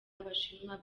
abashinwa